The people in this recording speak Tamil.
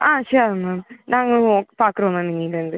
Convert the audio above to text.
ஆ ஷூர் மேம் நாங்களும் பார்க்குறோம் மேம் இன்னையிலேருந்து